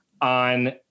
on